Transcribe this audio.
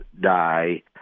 die